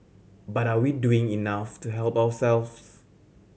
but are we doing enough to help ourselves